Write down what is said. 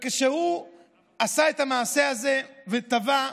וכשהוא עשה את המעשה הזה וטבע,